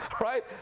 right